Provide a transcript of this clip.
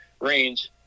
range